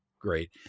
great